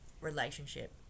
relationship